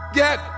get